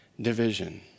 division